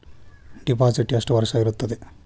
Deposit ಎಷ್ಟು ವರ್ಷ ಇರುತ್ತದೆ?